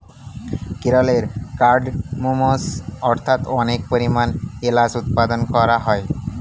কেরলে কার্ডমমস্ অর্থাৎ অনেক পরিমাণে এলাচ উৎপাদন করা হয়